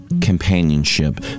companionship